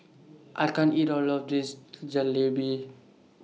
I can't eat All of This Jalebi